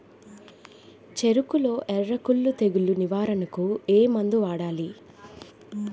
చెఱకులో ఎర్రకుళ్ళు తెగులు నివారణకు ఏ మందు వాడాలి?